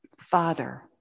Father